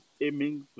aiming